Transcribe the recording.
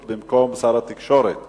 ביום ג' באדר התש"ע (17 בפברואר 2010):